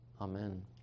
Amen